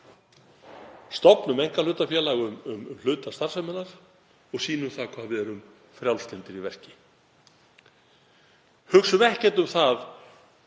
Stofnum einkahlutafélag um hluta starfseminnar og sýnum hvað við erum frjálslyndir í verki. Hugsum ekkert um